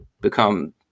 become